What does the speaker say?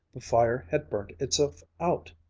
the fire had burnt itself out,